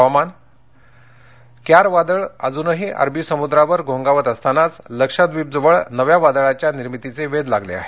हवामान क्यार वादळ अजूनही अरबी समुद्रावर घोंगावत असतानाच लक्षद्वीपजवळ नव्या वादळाच्या निर्मितीचे वेध लागले आहेत